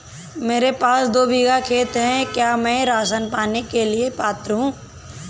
मेरे पास दो बीघा खेत है क्या मैं राशन पाने के लिए पात्र हूँ?